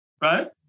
right